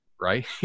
Right